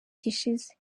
gishize